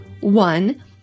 One